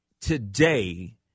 today